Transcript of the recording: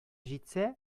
җитсә